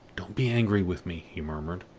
don't be angry with me, he murmured,